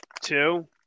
two